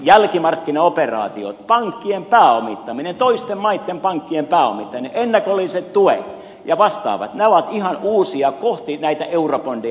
jälkimarkkinaoperaatiot pankkien pääomittaminen toisten maitten pankkien pääomittaminen ennakolliset tuet ja vastaavat ovat ihan uusia toimintamuotoja kohti näitä eurobondeja